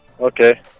Okay